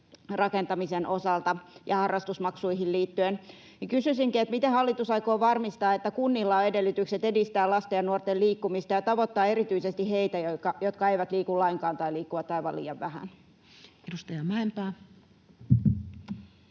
rakentamisen osalta ja harrastusmaksuihin liittyen. Kysyisinkin: miten hallitus aikoo varmistaa, että kunnilla on edellytykset edistää lasten ja nuorten liikkumista ja tavoittaa erityisesti heitä, jotka eivät liiku lainkaan tai liikkuvat aivan liian vähän? [Speech